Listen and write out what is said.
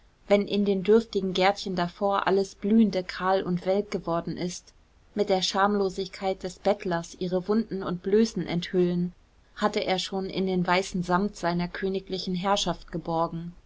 wenn in den dürftigen gärtchen davor alles blühende kahl und welk geworden ist mit der schamlosigkeit des bettlers ihre wunden und blößen enthüllen hatte er schon in den weißen samt seiner königlichen herrschaft geborgen